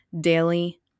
Daily